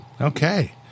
Okay